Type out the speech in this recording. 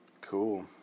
Cool